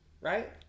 right